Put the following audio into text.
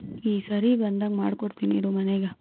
ಈ ಸರಿ ಬಂದಾಗ ಮಾಡ್ಕೊಡ್ತೀನಿ ಮನೆಗೆ